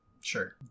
Sure